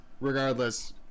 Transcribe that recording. regardless